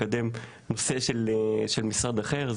מקדם נושא של משרד אחר,